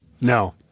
No